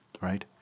right